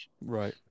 right